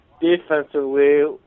defensively